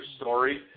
story